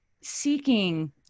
seeking